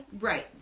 Right